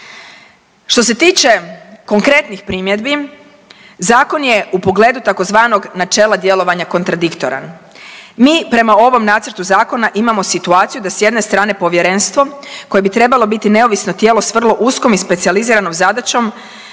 Što se tiče konkretnih primjedbi, zakon je u pogledu takozvanog načela djelovanja kontradiktoran. Mi prema ovom nacrtu zakona imamo situaciju da s jedne strane povjerenstvo, koje bi trebalo biti neovisno tijelo s vrlo uskom i specijaliziranom zadaćom,